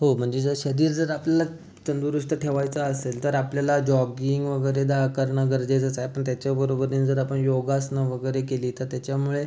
हो म्हणजे जर शरीर जर आपल्याला तंदुरुस्त ठेवायचं असेल तर आपल्याला जॉगिंग वगैरे दा करणं गरजेचंच आहे पण त्याच्या बरोबरीने जर आपण योगासनं वगैरे केली तर त्याच्यामुळे